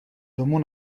domu